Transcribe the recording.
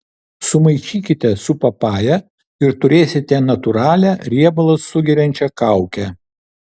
sumaišykite su papaja ir turėsite natūralią riebalus sugeriančią kaukę